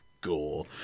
gore